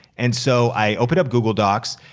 and so, i opened up google docs.